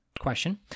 question